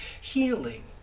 healing